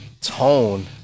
tone